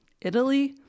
Italy